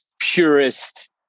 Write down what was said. purist